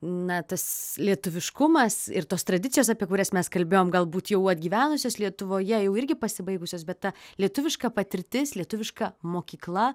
na tas lietuviškumas ir tos tradicijos apie kurias mes kalbėjom galbūt jau atgyvenusios lietuvoje jau irgi pasibaigusios bet ta lietuviška patirtis lietuviška mokykla